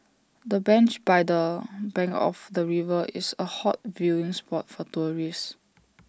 the bench by the bank of the river is A hot viewing spot for tourists